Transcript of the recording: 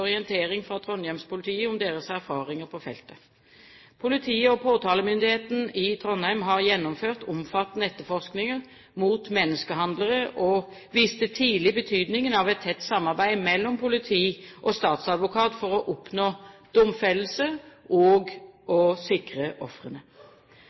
påtalemyndigheten i Trondheim har gjennomført omfattende etterforskninger mot menneskehandlere og viste tidlig betydningen av et tett samarbeid mellom politi og statsadvokat for å oppnå domfellelse og